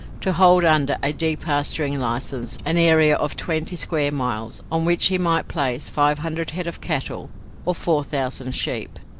to hold under a depasturing license an area of twenty square miles, on which he might place five hundred head of cattle or four thousand sheep.